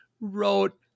wrote